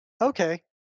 okay